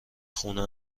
خونه